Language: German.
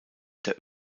der